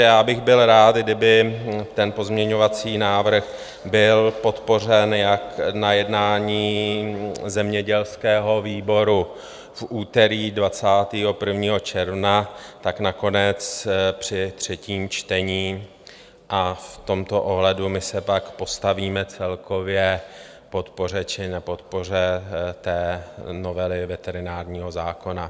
Já bych byl rád, kdyby ten pozměňovací návrh byl podpořen jak na jednání zemědělského výboru v úterý 21. června, tak nakonec při třetím čtení, a v tomto ohledu my se pak postavíme celkově k podpoře či podpoře novely veterinárního zákona.